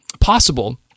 possible